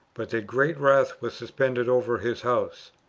but that great wrath was suspended over his house,